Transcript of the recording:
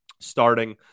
starting